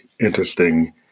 interesting